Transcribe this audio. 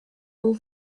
all